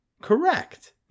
Correct